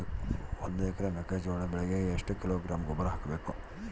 ಒಂದು ಎಕರೆ ಮೆಕ್ಕೆಜೋಳದ ಬೆಳೆಗೆ ಎಷ್ಟು ಕಿಲೋಗ್ರಾಂ ಗೊಬ್ಬರ ಹಾಕಬೇಕು?